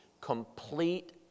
complete